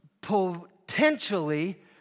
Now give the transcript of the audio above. potentially